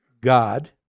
God